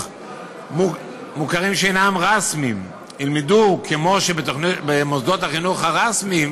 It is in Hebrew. מוכרים שאינם רשמיים ילמדו כמו במוסדות החינוך הרשמיים,